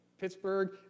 Pittsburgh